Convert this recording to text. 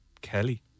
Kelly